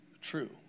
true